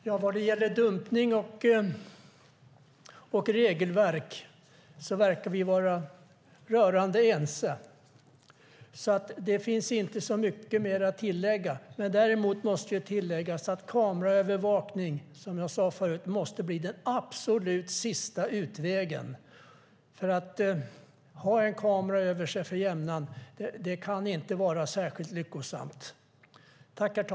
Herr talman! Vi verkar vara rörande ense när det gäller dumpning och regelverk. Det finns inte så mycket mer att tillägga i den frågan. Däremot måste det tilläggas, som jag sade förut, att kameraövervakning måste bli den absolut sista utvägen. Det kan inte vara särskilt positivt att ha en kamera över sig för jämnan.